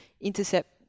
intercept